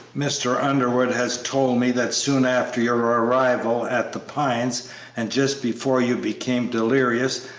mr. underwood has told me that soon after your arrival at the pines and just before you became delirious,